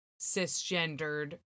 cisgendered